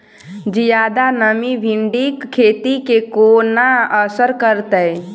जियादा नमी भिंडीक खेती केँ कोना असर करतै?